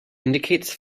indicates